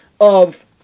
of-